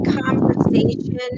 Conversation